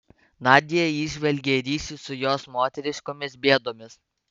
nadia įžvelgė ryšį su jos moteriškomis bėdomis